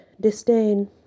disdain